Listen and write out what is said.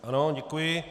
Ano, děkuji.